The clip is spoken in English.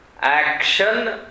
Action